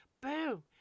Boom